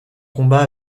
combat